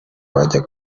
bajya